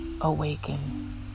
awaken